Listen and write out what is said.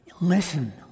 Listen